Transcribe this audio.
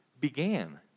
began